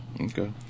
okay